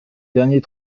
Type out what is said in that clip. dernier